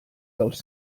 dels